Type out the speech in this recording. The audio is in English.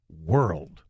world